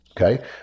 Okay